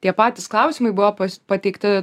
tie patys klausimai buvo pateikti